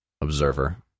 observer